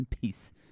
peace